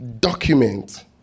document